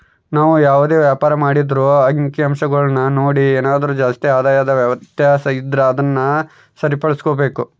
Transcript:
ನಾವು ಯಾವುದೇ ವ್ಯಾಪಾರ ಮಾಡಿದ್ರೂ ಅಂಕಿಅಂಶಗುಳ್ನ ನೋಡಿ ಏನಾದರು ಜಾಸ್ತಿ ಆದಾಯದ ವ್ಯತ್ಯಾಸ ಇದ್ರ ಅದುನ್ನ ಸರಿಪಡಿಸ್ಕೆಂಬಕು